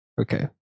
Okay